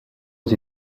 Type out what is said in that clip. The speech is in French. aux